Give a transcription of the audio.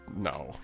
no